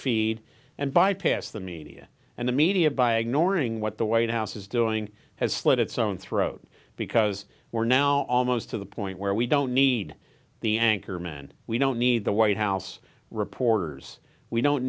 feed and bypass the media and the media by ignoring what the white house is doing has slid its own throat because we're now almost to the point where we don't need the anchorman we don't need the white house reporters we don't